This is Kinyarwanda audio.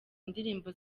indirimbo